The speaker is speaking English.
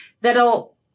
that'll